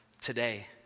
today